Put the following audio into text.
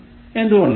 എന്തുകൊണ്ടാണിത്